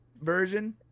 version